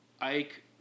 Ike